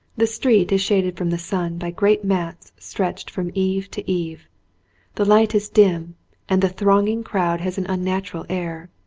the street is shaded from the sun by great mats stretched from eave to eave the light is dim and the thronging crowd has an unnatural air.